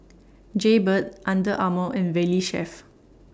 Jaybird Under Armour and Valley Chef